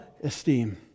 esteem